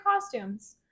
costumes